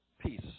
peace